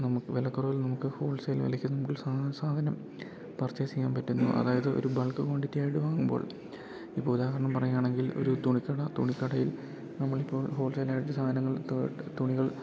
നമുക്ക് വെലക്കൊറവില് നമുക്ക് ഹോൾസെയിൽ വെലക്ക് നമുക്ക് സാധനം പർച്ചേസെയ്യാ പറ്റുന്നു അതായത് ഒരു ബൾക്ക് ക്വാണ്ടിറ്റിയായിട്ട് വാങ്ങുമ്പോൾ ഇപ്പൊ ഉദാഹരണം പറയാണെങ്കിൽ ഒരു തുണിക്കട തുണിക്കടയിൽ നമ്മളിപ്പോ ഹോൾസെയിലായിട്ട് സാധനങ്ങൾ തുണികൾ